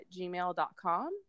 gmail.com